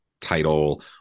title